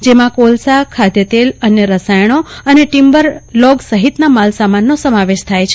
જેમાં કોલસાખાદ્યતેલઅન્ય રસાયણો અને ટીન્બર લોગ સફિતના માલસમાન નો સમાવેશ થાય છે